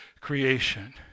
creation